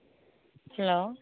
hello